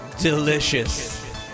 delicious